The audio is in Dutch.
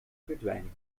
verdwijning